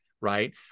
right